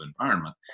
environment